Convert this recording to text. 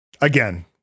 Again